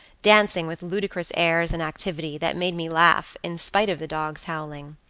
dancing with ludicrous airs and activity, that made me laugh, in spite of the dog's howling.